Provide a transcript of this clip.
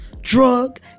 drug